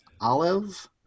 olive